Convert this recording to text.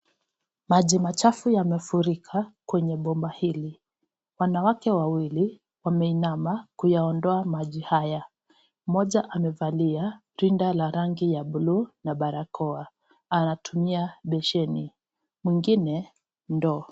Maji machafu yamefurika kwenye bomba hili. Wanawake wawili, wameinama kuyaondoa maji haya. Mmoja amevalia rinda ya rangi ya buluu na barakoa, anatumia beseni, mwingine ndoo.